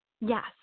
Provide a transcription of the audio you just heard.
Yes